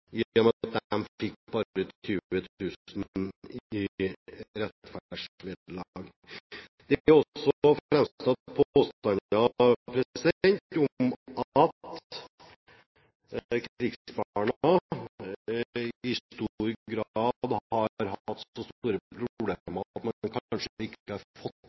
bare fikk 20 000 kr i rettferdsvederlag. Det er også framsatt påstander om at krigsbarna i stor grad har hatt så store problemer at de kanskje ikke har fått